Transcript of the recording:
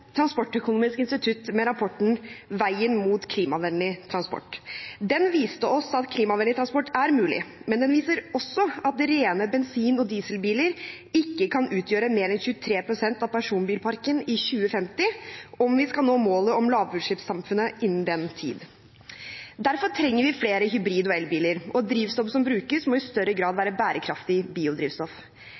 Transportøkonomisk institutt med rapporten «Vegen mot klimavennlig transport». Den viser oss at klimavennlig transport er mulig. Men den viser også at rene bensin- og dieselbiler ikke kan utgjøre mer enn 23 pst. av personbilparken i 2050 om vi skal nå målet om lavutslippssamfunnet innen den tid. Derfor trenger vi flere hybrid- og elbiler, og drivstoffet som brukes, må i større grad være bærekraftig biodrivstoff.